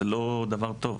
זה לא דבר טוב.